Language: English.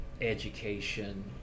education